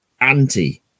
anti